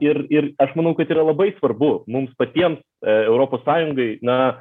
ir ir aš manau kad yra labai svarbu mums patiems europos sąjungai na